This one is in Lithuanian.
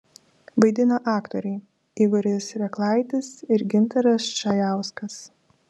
vaidina aktoriai igoris reklaitis ir gintaras čajauskas